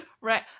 right